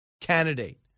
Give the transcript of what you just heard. candidate